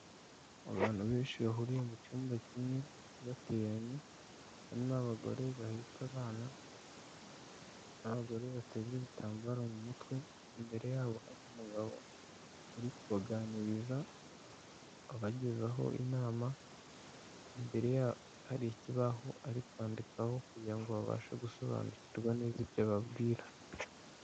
Abantu benshi bahuriye mu cyumba kimwe bateranye, harimo abagore bahetse abana n'abagore bateze ibitambaro mu mutwe, imbere yabo hari umugabo uri kubaganiriza abagezaho inama, imbere yabo hari ikibaho ari kwandikaho, kugira ngo babashe gusobanukirwa neza ibyo ababwira.